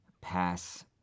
pass